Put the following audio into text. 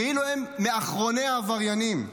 כאילו הם מאחרוני העבריינים,